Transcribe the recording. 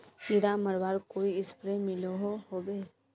कीड़ा मरवार कोई स्प्रे मिलोहो होबे?